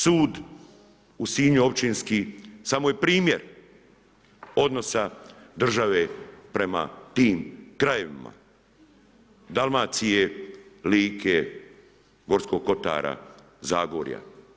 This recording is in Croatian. Sud u Sinju općinski samo je primjer odnosa države prema tim krajevima Dalmacije, Like, Gorskog kotara, Zagorja.